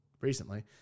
recently